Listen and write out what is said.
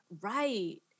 right